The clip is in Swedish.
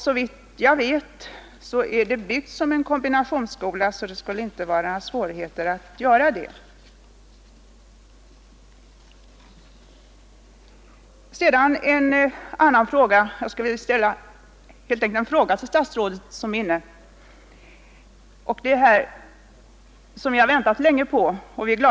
Såvitt jag vet är den också byggd som en kombinationsskola, och därför borde det inte vara svårt att göra det. Sedan vill jag ställa en fråga till statsrådet fru Odhnoff. Den gäller vården i eget hem.